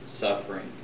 suffering